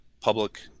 public